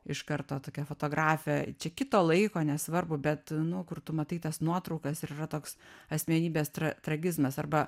iš karto tokia fotografija čia kito laiko nesvarbu bet nu kur tu matai tas nuotraukas ir yra toks asmenybės tragizmas arba